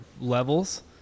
levels